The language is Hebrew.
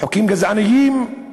חוקים גזעניים.